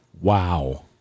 Wow